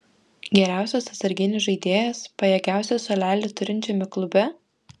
geriausias atsarginis žaidėjas pajėgiausią suolelį turinčiame klube